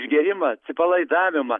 išgėrimą atsipalaidavimą